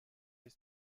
ist